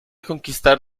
conquistar